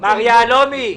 מר יהלומי,